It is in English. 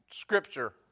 scripture